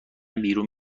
بیرون